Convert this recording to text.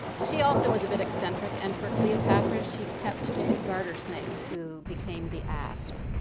she also was a bit eccentric and for cleopatra she kept two garter snakes who became the asps.